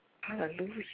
Hallelujah